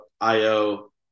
IO